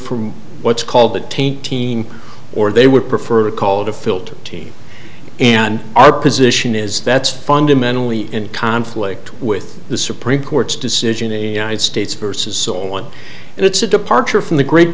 from what's called the taint team or they would prefer to call it a filter team and our position is that's fundamentally in conflict with the supreme court's decision a united states versus so on and it's a departure from the great